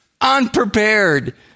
unprepared